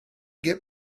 get